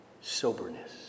soberness